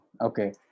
Okay